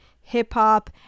hip-hop